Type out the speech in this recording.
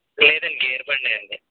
లేదండి గేరు బండే అండి